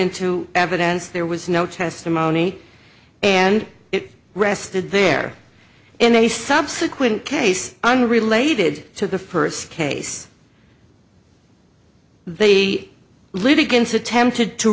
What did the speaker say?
into evidence there was no testimony and it rested there in a subsequent case unrelated to the first case the litigants attempted to